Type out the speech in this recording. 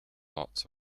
lots